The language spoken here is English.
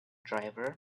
driver